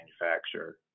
manufacturer